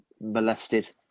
molested